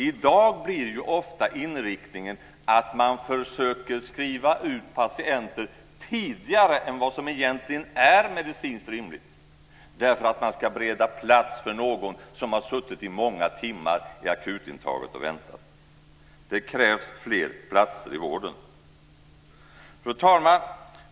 I dag blir ofta inriktningen att man försöker skriva ut patienter tidigare än vad som egentligen är medicinskt rimligt därför att man ska bereda plats för någon som har suttit och väntat i timmar vid akutintaget. Det krävs fler platser i vården. Fru talman!